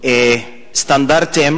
סטנדרטים